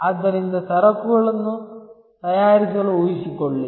ಆದ್ದರಿಂದ ಸರಕುಗಳನ್ನು ತಯಾರಿಸಲು ಊಹಿಸಿಕೊಳ್ಳಿ